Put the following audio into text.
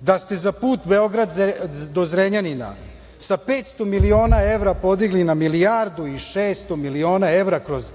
da ste za put Beograd do Zrenjanina sa 500 miliona evra podigli na milijardu i 600 miliona evra kroz